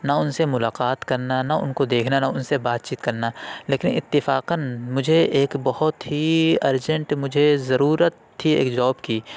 نہ اُن سے ملاقات کرنا نہ اُن کو دیکھنا نہ اُن سے بات چیت کرنا لیکن اتفاقاً مجھے ایک بہت ہی ارجنٹ مجھے ضرورت تھی ایک جاب کی